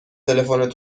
تلفن